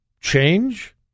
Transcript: change